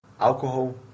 alcohol